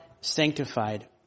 sanctified